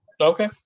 Okay